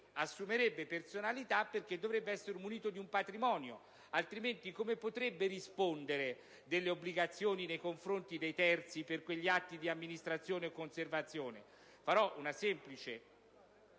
assumerebbe personalità, perché dovrebbe essere munito di un patrimonio: altrimenti, come potrebbe rispondere delle obbligazioni nei confronti dei terzi per quegli atti di amministrazione o conservazione?